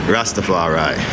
Rastafari